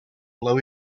low